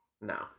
No